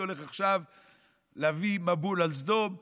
אני הולך עכשיו להביא מבול על העולם,